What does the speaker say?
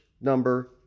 number